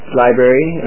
library